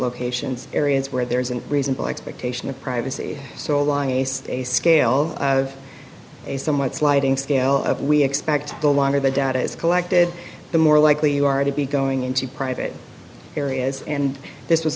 locations areas where there is a reasonable expectation of privacy so along ace a scale of a somewhat sliding scale of we expect the longer the data is collected the more likely you are to be going into private areas and this was